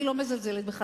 אני לא מזלזלת בך,